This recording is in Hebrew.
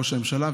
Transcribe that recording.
ראש הממשלה,